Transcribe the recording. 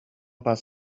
about